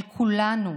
על כולנו,